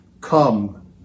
come